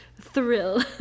thrill